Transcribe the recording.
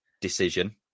decision